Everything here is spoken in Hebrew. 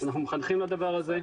אנחנו מחנכים לדבר הזה.